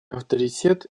авторитет